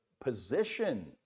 position